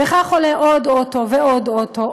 וכך עולה עוד אוטו ועוד אוטו,